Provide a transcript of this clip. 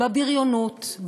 בבריונות,